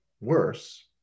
worse